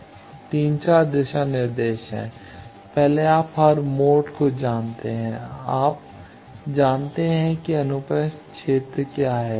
अब 3 4 दिशा निर्देश हैं पहले आप हर मोड को जानते हैं आप जानते हैं कि अनुप्रस्थ क्षेत्र क्या है